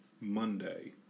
Monday